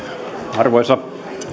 arvoisa